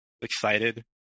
excited